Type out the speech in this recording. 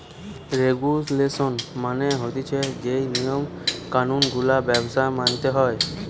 regulation মানে হতিছে যেই নিয়ম কানুন গুলা ব্যবসায় মানতে হয়